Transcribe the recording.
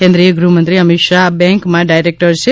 કેન્દ્રીય ગૃહમંત્રી અમિત શાહ આ બેન્કમાં ડાયરેક્ટર છે